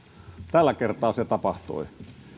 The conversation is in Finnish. tällä kertaa se tapahtui